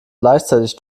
gleichzeitig